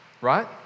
Right